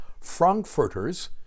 Frankfurters